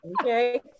Okay